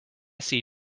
see